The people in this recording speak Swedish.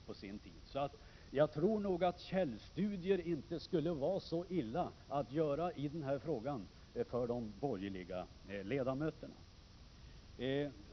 Jag tror således = 11 november 1987 att det inte skulle vara så dumt om de borgerliga ledamöterna gjorde. musa LL källstudier i den här frågan.